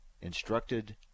instructed